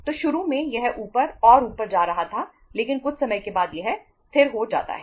तो शुरू में यह ऊपर और ऊपर जा रहा था लेकिन कुछ समय के बाद यह स्थिर हो जाता है